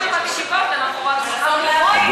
אנחנו מקשיבות, אדוני, אנחנו בקשב רב.